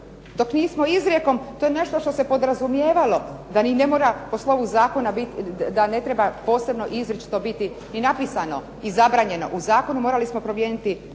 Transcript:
dok nismo izrijekom, to je nešto što se podrazumijevalo da ni ne mora po slovu zakona biti, da ne treba posebno i izričito biti i napisano i zabranjeno. U zakonu morali smo promijeniti